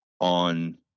on